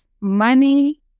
money